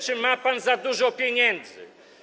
Czy ma pan za dużo pieniędzy?